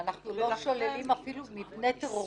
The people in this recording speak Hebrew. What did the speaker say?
אבל אנחנו לא שוללים אפילו מפני טרוריסטים,